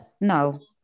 No